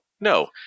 No